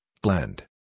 blend